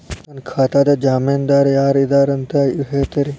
ನನ್ನ ಖಾತಾದ್ದ ಜಾಮೇನದಾರು ಯಾರ ಇದಾರಂತ್ ಹೇಳ್ತೇರಿ?